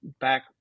back